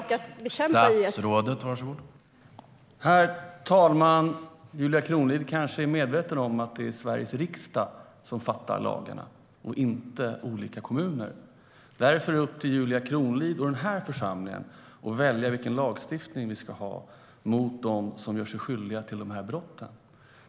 Herr talman! Julia Kronlid kanske är medveten om att det är Sveriges riksdag som stiftar lagarna och inte olika kommuner. Det är upp till Julia Kronlid och den här församlingen att välja vilken lagstiftning vi ska ha i fråga om dem som gör sig skyldiga till de här brotten.